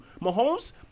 Mahomes